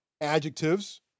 adjectives